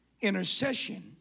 intercession